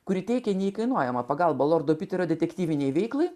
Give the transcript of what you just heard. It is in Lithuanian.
kuri teikė neįkainojamą pagalbą lordo piterio detektyvinei veiklai